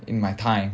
in my time